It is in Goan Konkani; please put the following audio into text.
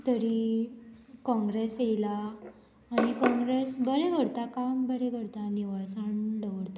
तरी काँग्रेस येयला आनी काँग्रेस बरें करता काम बरें करता निवळसाण दवरता